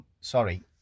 Sorry